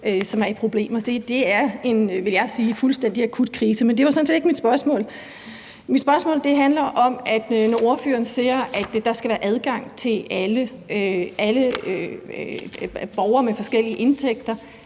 som er i problemer. Det er en, vil jeg sige, fuldstændig akut krise. Men det var sådan set ikke mit spørgsmål. Mit spørgsmål handler om, at ordføreren siger, at der skal være adgang for alle borgere med forskellige indtægter,